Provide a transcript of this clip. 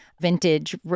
vintage